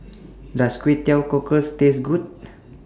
Does Kway Teow Cockles Taste Good